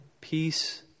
Peace